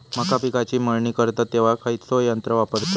मका पिकाची मळणी करतत तेव्हा खैयचो यंत्र वापरतत?